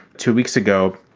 two weeks ago,